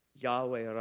Yahweh